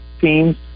teams